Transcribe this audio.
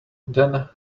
than